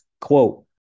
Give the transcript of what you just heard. quote